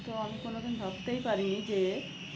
তো আমি কোনোদিন ভাবতেই পারিনি যে